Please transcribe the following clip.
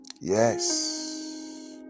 yes